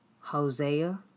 Hosea